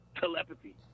telepathy